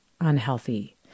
unhealthy